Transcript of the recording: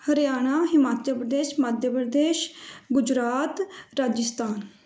Haryana Himachal Pradesh Madhya Pradesh Gujarat Rajasthan